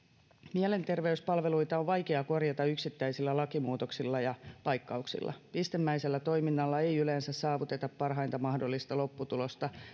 mielenterveyspalveluita on vaikea korjata yksittäisillä lakimuutoksilla ja paikkauksilla pistemäisellä toiminnalla ei yleensä saavuteta parhainta mahdollista lopputulosta